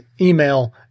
email